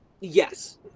Yes